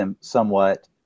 somewhat